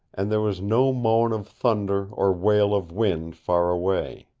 and there was no moan of thunder or wail of wind far away.